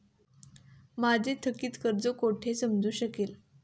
माझे थकीत कर्ज कुठे समजू शकेल?